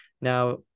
Now